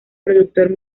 productor